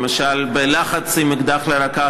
למשל בלחץ עם אקדח לרקה,